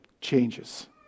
changes